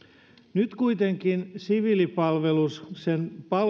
nyt kuitenkin siviilipalvelusajan